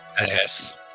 Yes